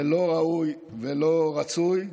זה לא ראוי ולא רצוי,